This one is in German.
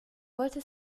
wollte